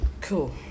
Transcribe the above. Cool